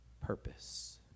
purpose